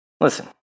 Listen